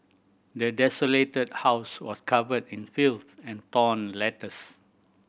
the desolated house was covered in filth and torn letters